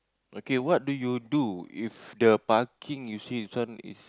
okay what do you do if the parking you see this one is